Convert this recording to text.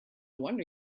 wonder